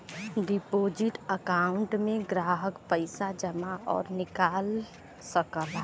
deposit account में ग्राहक पइसा जमा आउर निकाल सकला